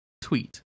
tweet